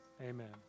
Amen